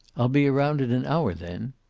i'll be around in an hour, then.